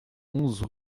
onze